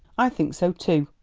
i think so too,